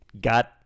got